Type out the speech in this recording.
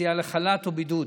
יציאה לחל"ת או בידוד.